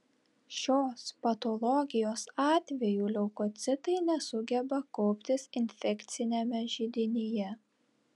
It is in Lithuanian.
šios patologijos atveju leukocitai nesugeba kauptis infekciniame židinyje